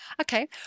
Okay